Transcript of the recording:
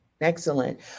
Excellent